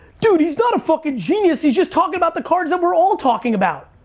dude, he's not a fucking genius, he's just talking about the cards that we're all talking about.